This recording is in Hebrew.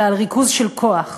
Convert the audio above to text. אלא על ריכוז של כוח.